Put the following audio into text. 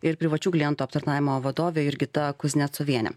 ir privačių klientų aptarnavimo vadovė jurgita kuznecovienė